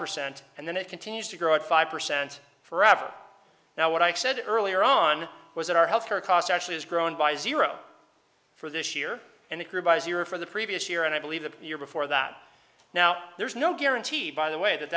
percent and then it continues to grow at five percent forever now what i said earlier on was that our health care costs actually has grown by zero for this year and it grew by zero for the previous year and i believe the year before that now there's no guarantee by the way that